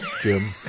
Jim